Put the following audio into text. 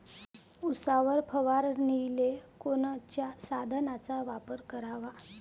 उसावर फवारनीले कोनच्या साधनाचा वापर कराव?